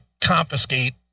confiscate